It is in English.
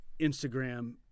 Instagram